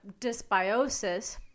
dysbiosis